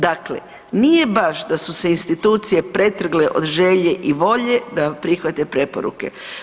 Dakle, nije baš da su se institucije pretrgle od želje i volje, da prihvate preporuke.